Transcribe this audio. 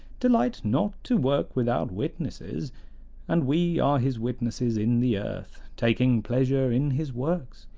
delight not to work without witnesses and we are his witnesses in the earth, taking pleasure in his works,